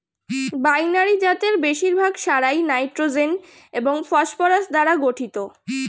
binary জাতের বেশিরভাগ সারই নাইট্রোজেন এবং ফসফরাস দ্বারা গঠিত